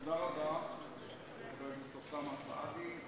תודה רבה לחבר הכנסת אוסאמה סעדי.